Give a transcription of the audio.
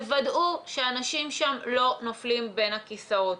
תוודאי שהאנשים שם לא נופלים בין הכיסאות.